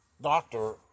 doctor